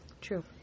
True